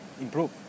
improve